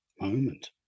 moment